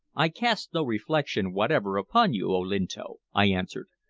i cast no reflection whatever upon you, olinto, i answered.